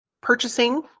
purchasing